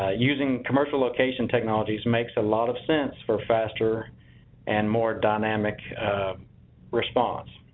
ah using commercial location technologies makes a lot of sense for faster and more dynamic response.